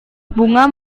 bunga